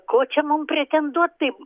ko čia mum pretenduot taip